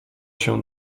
się